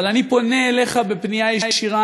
אבל אני פונה אליך בפנייה ישירה.